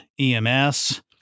EMS